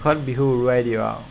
শেষত বিহু উৰুৱাই দিওঁ আৰু